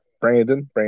Brandon